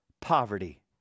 poverty